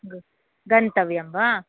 ग गन्तव्यं वा